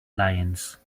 lions